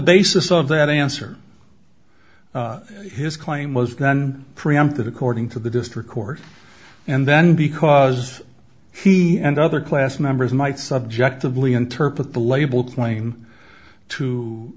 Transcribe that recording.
basis of that answer his claim was going preemptive according to the district court and then because he and other class members might subjectively interpret the label claim to